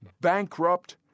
bankrupt